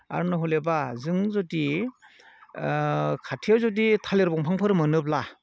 आरो नहलेबा जों जुदि खाथियाव जुदि थालिर दंफांफोर मोनोब्ला